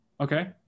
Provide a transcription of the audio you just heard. Okay